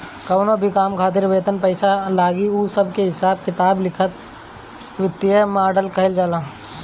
कवनो भी काम खातिर केतन पईसा लागी उ सब के हिसाब किताब लिखल वित्तीय मॉडल कहल जाला